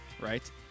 Right